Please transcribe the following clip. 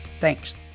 Thanks